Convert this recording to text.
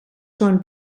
són